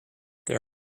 there